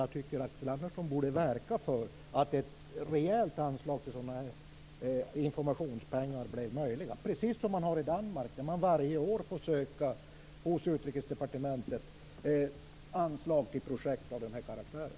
Jag tycker Axel Andersson borde verka för att ett rejält anslag till informationspengar blev möjligt, precis som man har i Danmark. Där får man varje år hos Utrikesdepartementet söka anslag till projekt av den här karaktären.